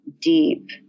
deep